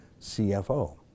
CFO